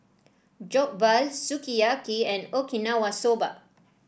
Jokbal Sukiyaki and Okinawa Soba